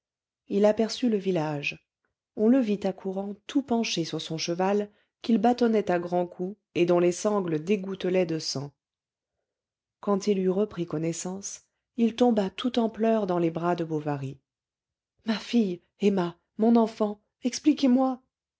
il aperçut le village on le vit accourant tout penché sur son cheval qu'il bâtonnait à grands coups et dont les sangles dégouttelaient de sang quand il eut repris connaissance il tomba tout en pleurs dans les bras de bovary ma fille emma mon enfant expliquez-moi